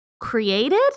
created